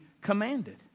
commanded